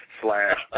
slash